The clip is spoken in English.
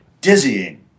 dizzying